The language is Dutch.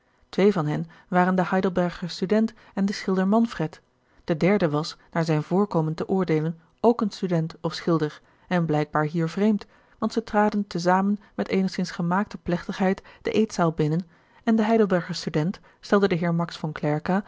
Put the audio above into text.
twee van hen waren de heidelberger student en de schilder manfred de derde was naar zijn voorkomen te oordeelen ook een student of schilder en blijkbaar hier vreemd want zij traden te zamen met eenigszins gemaakte plechtigheid de eetzaal binnen en de heidelberger student stelde den heer max von